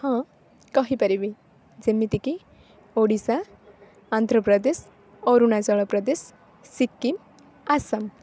ହଁ କହିପାରିବି ଯେମିତି କି ଓଡ଼ିଶା ଆନ୍ଧ୍ରପ୍ରଦେଶ ଅରୁଣାଚଳ ପ୍ରଦେଶ ସିକିମ ଆସାମ